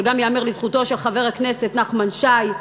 וגם ייאמר לזכותו של חבר הכנסת נחמן שי,